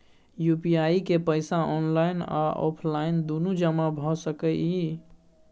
UPI के पैसा online आ ऑफलाइन दुनू जमा भ सकै इ?